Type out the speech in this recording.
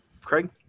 Craig